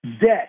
debt